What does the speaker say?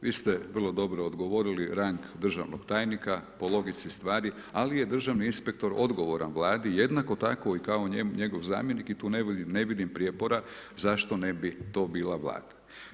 Vi ste vrlo dobro odgovorili rang državnog tajnika po logici stvari, ali je državni inspektor odgovoran vladi, jednako tako kao i njegov zamjenik i tu ne vidim prijepora zašto to ne bi bila Vlada.